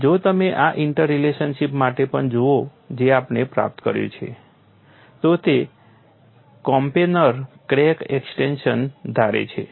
અને જો તમે આ ઇન્ટરલેશનશીપ માટે પણ જુઓ જે આપણે પ્રાપ્ત કર્યું છે તો તે કોપ્લેનર ક્રેક એક્સ્ટેંશન ધારે છે